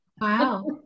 Wow